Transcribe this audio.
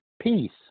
Peace